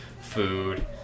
food